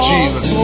Jesus